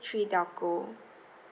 three telco